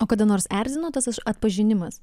o kada nors erzino tas aš atpažinimas